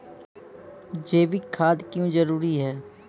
जैविक खाद क्यो जरूरी हैं?